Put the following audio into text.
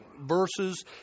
verses